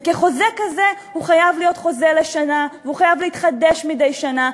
כחוזה כזה הוא חייב להיות חוזה לשנה והוא חייב להתחדש מדי שנה.